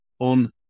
on